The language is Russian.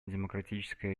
демократическая